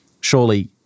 Surely